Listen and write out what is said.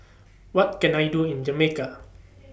What Can I Do in Jamaica